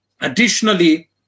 Additionally